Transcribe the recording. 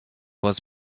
was